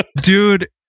Dude